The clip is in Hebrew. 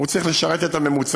הוא צריך לשרת את הממוצעים: